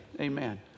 amen